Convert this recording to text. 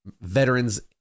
veterans